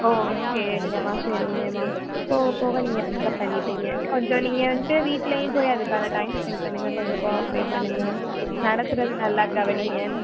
ஓ சரிங்கம்மா சரிங்கம்மா போக போக நீங்கள் பிக்கப் பண்ணிப்பீங்க கொஞ்சம் நீங்கள் வந்துட்டு வீட்டிலையும் போய் அதுக்கான டைம் ஸ்பெண்ட் பண்ணுங்க கொஞ்சம் கோ ஆப்ரேட் பண்ணுங்கள் நடத்துகிறத நல்லா கவனியுங்க